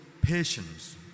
patience